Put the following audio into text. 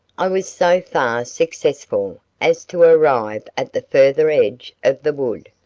i was so far successful as to arrive at the further edge of the wood,